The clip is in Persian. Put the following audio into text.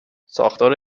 ساختار